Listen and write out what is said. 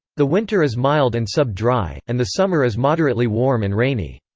the winter is mild and sub-dry, and the summer is moderately warm and rainy.